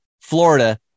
Florida